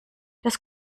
das